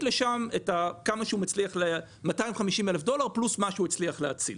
לשם 250 אלף דולר פלוס מה שהוא הצליח להציל.